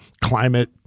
climate